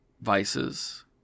vices